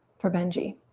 for benji.